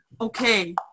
okay